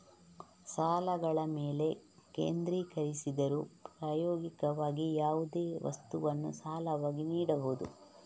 ಸಾಲಗಳ ಮೇಲೆ ಕೇಂದ್ರೀಕರಿಸಿದರೂ, ಪ್ರಾಯೋಗಿಕವಾಗಿ, ಯಾವುದೇ ವಸ್ತುವನ್ನು ಸಾಲವಾಗಿ ನೀಡಬಹುದು